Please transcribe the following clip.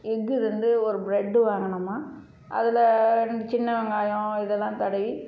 egg இருந்து ஒரு bread வாங்குனோமா அதில் இந்த சின்ன வெங்காயம் இதெல்லாம் தடவி